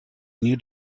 new